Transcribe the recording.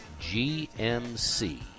GMC